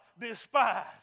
despise